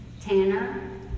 Tanner